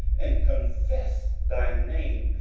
and confess thy name,